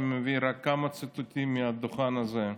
אני מביא רק כמה ציטוטים מהדוכן הזה,